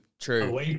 true